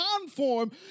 Conform